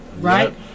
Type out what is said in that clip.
Right